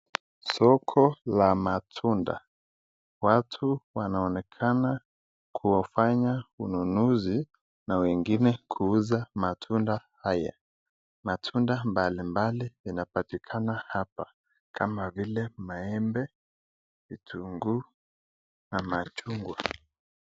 Soko la matunda. Watu wanaonekana kufanya ununuzi na wengine kuuza matunda haya. Matunda mbalimbali yanapatikana hapa, kama vile maembe, vitunguu, na machungwa.